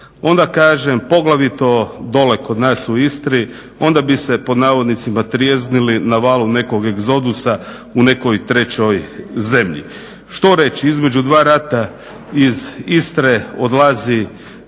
onda kažem poglavito dolje kod nas u Istri onda bi se pod navodnicima "trijeznili" na valu nekog egzodusa u nekoj trećoj zemlji. Što reći? Između dva rata iz Istre odlazi